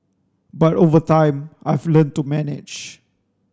but over time I've learnt to manage